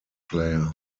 player